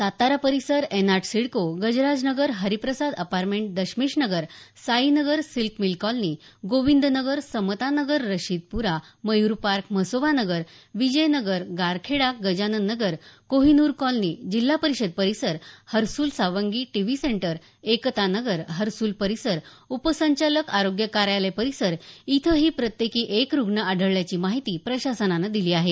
सातारा परिसर एन आठ CIDCO Gajraj Nagar Hariprasad apartment Dashmesh Nagar Sainagar silk mill colony Govind Nagar Samata Nagar Rashidpura Mayur park Mhasoba Nagar Vijay Nagar Garkheda Gajanan Nagar Kohinoor कॉलनीजिल्हा परिषद परिसर Harsul Sawangi T V centre Ekta Nagar Harsul परिसर उपसंचालक आरोग्य कार्यालय परिसर इथंही प्रत्येकी एक रुग्ण आढळल्याची माहिती प्रशासनानं दिली आहे